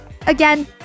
Again